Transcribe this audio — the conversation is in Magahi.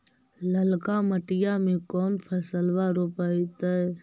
ललका मटीया मे कोन फलबा रोपयतय?